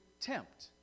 tempt